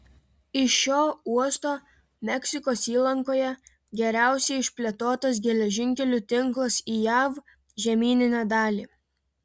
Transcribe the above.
iš šio uosto meksikos įlankoje geriausiai išplėtotas geležinkelių tinklas į jav žemyninę dalį